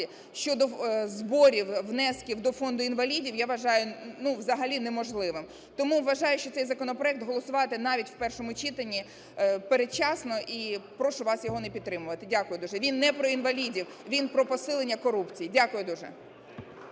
щодо зборів, внесків до Фонду інвалідів, я вважаю, ну, взагалі неможливим. Тому вважаю, що цей законопроект голосувати навіть в першому читанні передчасно і прошу вас його не підтримувати. Дякую дуже. Він не про інвалідів, він про посилення корупції. (Оплески) Дякую дуже.